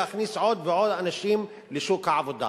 להכניס עוד ועוד אנשים לשוק העבודה.